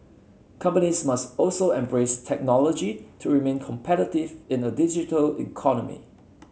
companies must also embrace technology to remain competitive in a digital economy